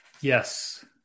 Yes